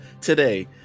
today